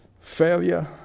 failure